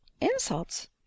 insults